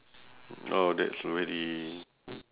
oh that's very